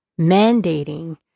mandating